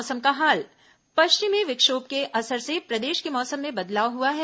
मौसम पश्चिमी विक्षोभ के असर से प्रदेश के मौसम में बदलाव हुआ है